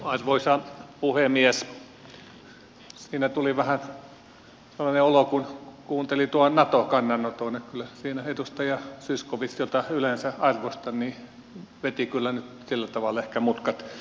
siinä tuli vähän sellainen olo kun kuunteli tuon nato kannanoton että kyllä siinä edustaja zyskowicz jota yleensä arvostan veti nyt sillä tavalla ehkä mutkat suoraksi